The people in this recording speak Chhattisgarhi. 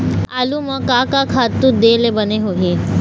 आलू म का का खातू दे ले बने होही?